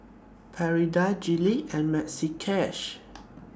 Prada Gillette and Maxi Cash